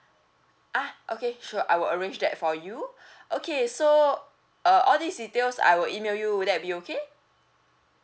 ah okay sure I will arrange that for you okay so uh all these details I will email you would that be okay